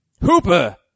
Hooper